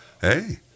Hey